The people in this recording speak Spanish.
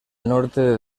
norte